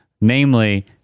Namely